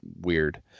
weird